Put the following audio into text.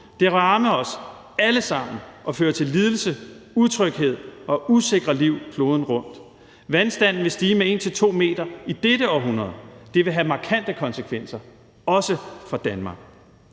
vil ramme os alle sammen og føre til lidelse, utryghed og usikre liv kloden rundt. Vandstanden vil stige med 1-2 m i dette århundrede. Det vil have markante konsekvenser, også for Danmark.